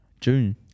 June